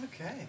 Okay